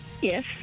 yes